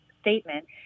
statement